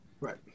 Right